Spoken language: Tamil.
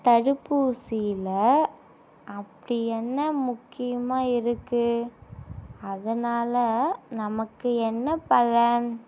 தடுப்பூசியில் அப்படி என்ன முக்கியமாக இருக்குது அதனால் நமக்கு என்ன பலன்